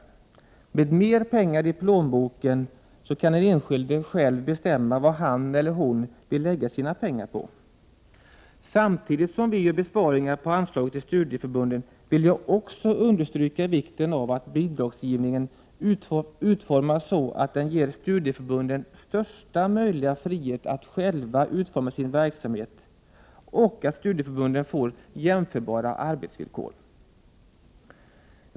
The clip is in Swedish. Om det blir mer pengar i plånboken, kan den enskilde själv bestämma vad han eller hon vill lägga sina pengar på. Vi vill ha besparingar när det gäller anslaget till studieförbunden. Men samtidigt vill jag understryka vikten av att bidragsgivningen är sådan att studieförbunden får största möjliga frihet att själva utforma sin verksamhet. Dessutom skall det vara jämförbara arbetsvillkor vad gäller studieförbunden.